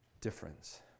difference